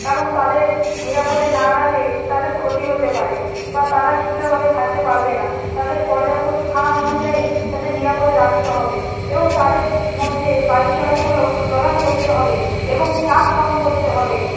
কারণ তাদের নিরাপদে না রাগলে তাদের ক্ষতি হতে পারে বা তারা ঠিকঠাকভাবে থাকতে পারবে না তাদের পর্যাপ্ত স্থান অনুযায়ী তাদের নিরাপদে রাখতে হবে এবং তাদের মধ্যে বায়ু চলাচলও প্রদান করতে হবে এবং চাপ কম করতে হবে